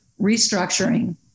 restructuring